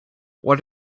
what